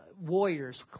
warriors